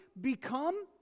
become